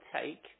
take